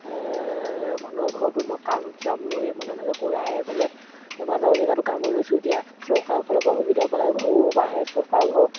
মানুহৰ ঘৰতো মই কাম চাম লৈ মানে এনেকৈ কৰাই মানে কেইবাটাও জেগাটো কামো লৈছোঁ এতিয়া চৰকাৰৰ ফালৰ পৰা সুবিধা পালে ঘৰো আহে চৰকাৰৰ ঘৰ